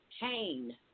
pain